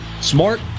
smart